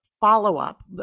follow-up